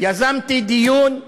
יזמתי דיון,